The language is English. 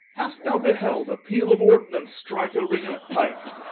hast thou beheld a peal of ordnance strike a ring of pikes,